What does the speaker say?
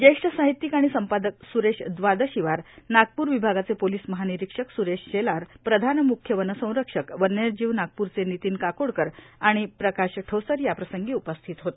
ज्येष्ठ साहित्यिक आणि संपादक सुरेश द्वादशीवार नागपूर विभागाचे पोलिस महानिरीक्षक सुरेश शेलार प्रधान मुख्य वनसंरक्षक वन्यजीव नागपूरचे नितीन काकोडकर आणि प्रकाश ठोसर याप्रसंगी उपस्थित होते